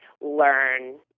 learn